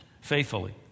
faithfully